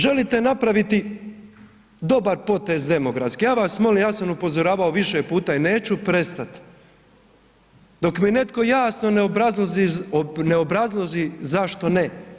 Želite napraviti dobar potez demografski, ja vas molim, ja sam upozoravao više puta i neću prestati, dok mi netko jasno ne obrazloži zašto ne?